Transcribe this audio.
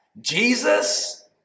Jesus